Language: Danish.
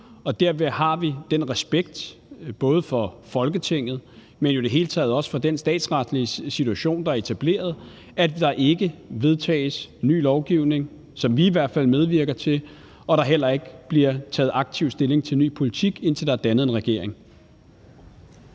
derved har vi den respekt – både for Folketinget, men i det hele taget jo også for den statsretlige situation, der er etableret – at der ikke vedtages ny lovgivning, som vi i hvert fald medvirker til, og at der heller ikke bliver taget aktivt stilling til ny politik, indtil der er dannet en regering.